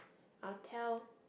I'll tell